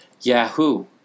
Yahoo